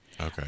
Okay